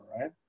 right